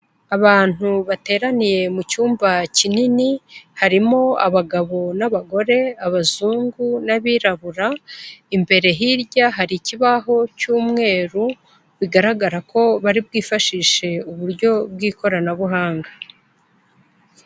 Abantu bateraniye mu cyumba kinini, harimo abagabo n'abagore, abazungu n'abirabura, imbere hirya hari ikibaho cy'umweru, bigaragara ko bari bwifashishe uburyo bw'ikoranabuhanga.